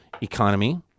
economy